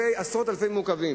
עשרות אלפי מעוכבים.